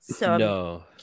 No